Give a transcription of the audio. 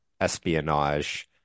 espionage